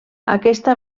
aquesta